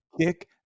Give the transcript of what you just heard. Kick